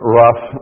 rough